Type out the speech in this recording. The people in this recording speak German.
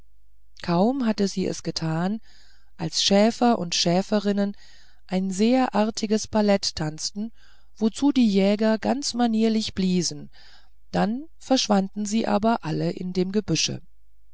kaum hatte sie es getan als schäfer und schäferinnen ein sehr artiges ballett tanzten wozu die jäger ganz manierlich bliesen dann verschwanden sie aber alle in dem gebüsche